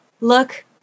look